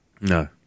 No